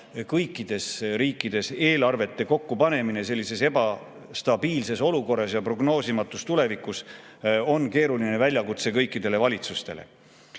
kõikides riikides eelarve kokkupanemine sellise ebastabiilse olukorra ja prognoosimatu tuleviku tõttu keeruline väljakutse kõikidele valitsustele.